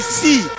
see